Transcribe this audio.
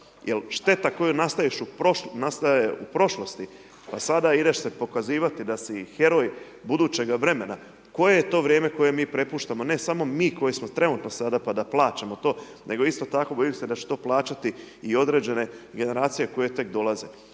jer šteta koja nastaje u prošlosti a sada ideš se pokazivati da si heroj budućega vremena, koje je to vrijeme koje mi prepuštamo ne samo mi koji smo trenutno sada pa da plaćamo to nego isto tako bojim se da će to plaćati i određene generacije koje tek dolaze.